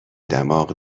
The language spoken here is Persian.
دماغ